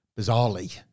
bizarrely